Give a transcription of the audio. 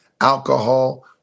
alcohol